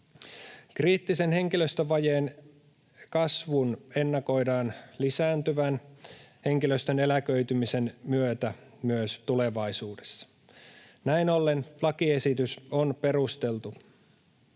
Kriittisen henkilöstövajeen kasvun ennakoidaan lisääntyvän henkilöstön eläköitymisen myötä myös tulevaisuudessa. Näin ollen lakiesitys on perusteltu.